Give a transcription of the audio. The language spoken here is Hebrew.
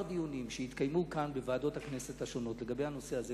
התקיימו כאן בוועדות הכנסת השונות כמה דיונים על הנושא הזה.